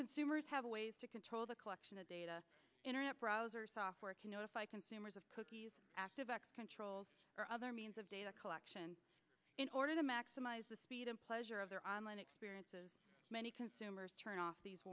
consumers have a ways to control the collection of data internet browser software can notify consumers of cookies active x controls or other means of data collection in order to maximize the speed of pleasure of their online experiences many consumers turn off these